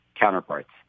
counterparts